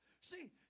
See